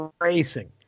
Racing